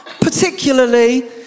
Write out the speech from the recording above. particularly